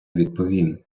відповім